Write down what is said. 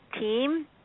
team